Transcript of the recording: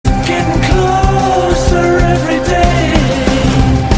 Getting closer every day